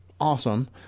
Awesome